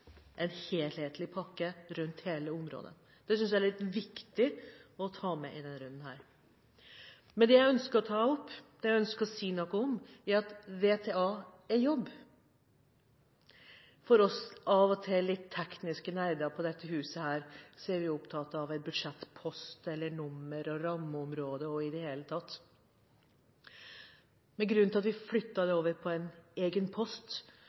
en helthetlig pakke for hele området, og det synes jeg er viktig å ta med i denne runden. Men det jeg ønsker å ta opp, det jeg ønsker å si noe om, er at VTA er jobb. Noen av oss på dette huset er av og til litt tekniske nerder, og vi er opptatt av en budsjettpost eller nummer og rammeområde og i det hele tatt – men grunnen til at vi flyttet dette over på en egen post,